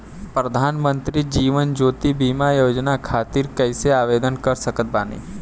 प्रधानमंत्री जीवन ज्योति बीमा योजना खातिर कैसे आवेदन कर सकत बानी?